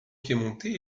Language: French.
piémontais